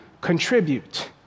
contribute